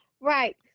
Right